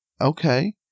okay